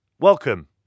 Welcome